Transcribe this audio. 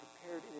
prepared